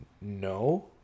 No